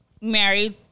married